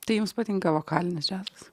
tai jums patinka vokalinis džiazas